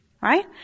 Right